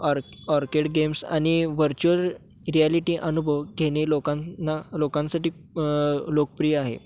arc orchid games आणि virtual reality अनुभव घेणे लोकांना लोकांसाठी लोकप्रिय आहे